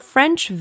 French